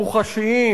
מוחשיים,